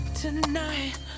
Tonight